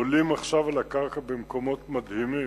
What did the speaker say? עולים עכשיו על הקרקע במקומות מדהימים,